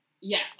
Yes